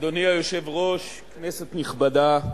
אדוני היושב-ראש, כנסת נכבדה,